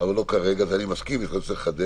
אבל לא כרגע, אז אני מסכים, אני חושב שצריך לחדד.